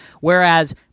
whereas